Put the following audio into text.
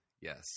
Yes